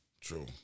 True